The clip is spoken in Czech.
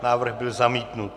Návrh byl zamítnut.